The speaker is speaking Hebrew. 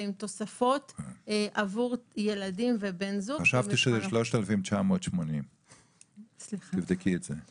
ועם תוספות עבור ילדים ובן זוג --- חשבתי שזה 3980. תבדקי את זה.